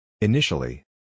Initially